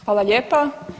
Hvala lijepa.